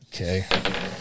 Okay